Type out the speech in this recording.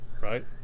right